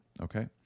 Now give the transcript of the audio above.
Okay